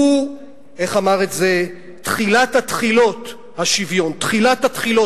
איך אמר את זה השופט חשין, תחילת התחילות.